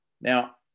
Now